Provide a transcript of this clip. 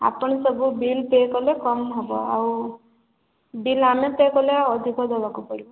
ଆପଣ ସବୁ bill pay କଲେ କମ ହେବ ଆଉ ବିଲ ଆମେ ପେ କଲେ ଅଧିକା ଦେବାକୁ ପଡ଼ିବ